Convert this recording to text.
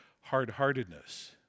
hard-heartedness